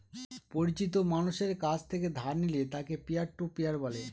পরিচিত মানষের কাছ থেকে ধার নিলে তাকে পিয়ার টু পিয়ার বলে